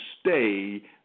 stay